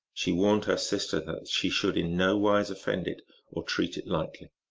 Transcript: she warned her sister that she should in nowise offend it or treat it lightly,